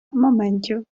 моментів